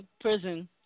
Prison